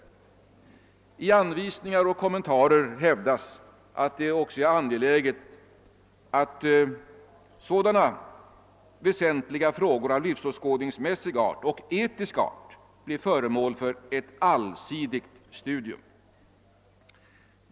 I anvisningar och kommentarer hävdas att det är angeläget att väsentliga frågor av livsåskådningsmässig art och etisk art blir föremål för ett allsidigt studium.